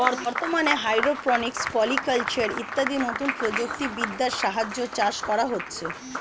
বর্তমানে hydroponics, polyculture ইত্যাদি নতুন প্রযুক্তি বিদ্যার সাহায্যে চাষ করা হচ্ছে